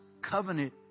covenant